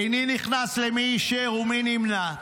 איני נכנס למי אישר ומי נמנע.